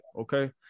okay